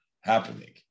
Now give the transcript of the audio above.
happening